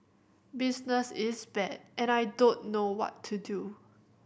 business is bad and I don't know what to do